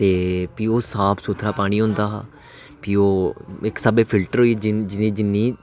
ते फ्ही ओह् साफ सुथरा पानी होंदा हा फ्ही ओह् इक स्हाबें फिलटर होईयै जिन्नै बी